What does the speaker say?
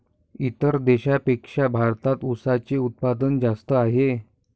इतर देशांपेक्षा भारतात उसाचे उत्पादन जास्त आहे